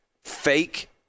fake